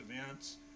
events